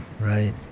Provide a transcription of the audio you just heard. right